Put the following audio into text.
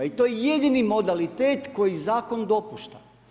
I to je jedini modalitet koji zakon dopušta.